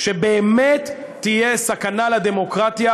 כשבאמת תהיה סכנה לדמוקרטיה,